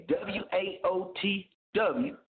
W-A-O-T-W